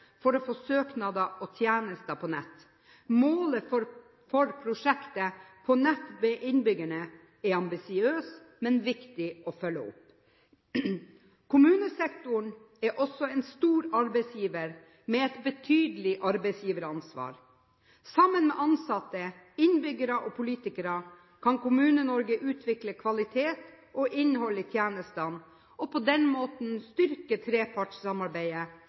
for å få søknader og tjenester på nett. Målene for prosjektet «På nett med innbyggerne» er ambisiøse, men viktige å følge opp. Kommunesektoren er også en stor arbeidsgiver med et betydelig arbeidsgiveransvar. Sammen med ansatte, innbyggere og politikere kan Kommune-Norge utvikle kvalitet og innhold i tjenestene og på den måten styrke trepartssamarbeidet